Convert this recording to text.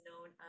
known